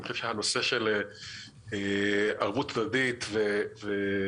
אני חושב שהנושא של ערבות הדדית ואחדות